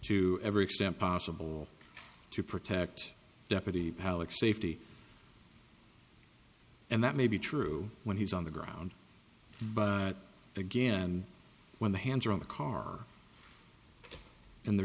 to every extent possible to protect deputy palak safety and that may be true when he's on the ground but again when the hands are on the car and there